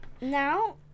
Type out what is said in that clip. Now